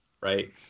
Right